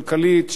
כלכלית,